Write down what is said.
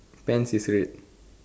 pants is red